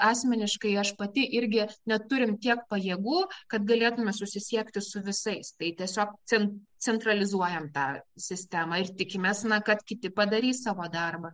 asmeniškai aš pati irgi neturim tiek pajėgų kad galėtume susisiekti su visais tai tiesiog cen centralizuojam tą sistemą ir tikimės na kad kiti padarys savo darbą